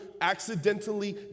accidentally